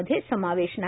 मध्ये समावेश नाही